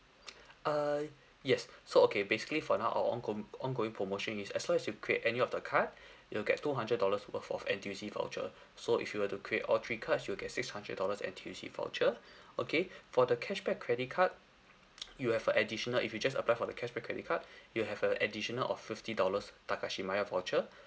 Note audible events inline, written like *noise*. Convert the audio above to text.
*noise* err yes so okay basically for our ongoin~ ongoing promotion is as long as you create any of the card *breath* you'll get two hundred dollars worth of N_T_U_C voucher so if you were to create all three cards you'll get six hundred dollars N_T_U_C voucher okay for the cashback credit card *noise* you have a additional if you just apply for the cashback credit card *breath* you have a additional of fifty dollars takashimaya voucher